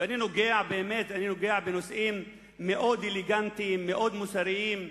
ואני נוגע בנושאים מאוד אלגנטיים, מאוד מוסריים,